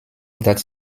that